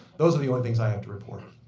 those are the only things i have to report.